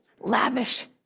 lavish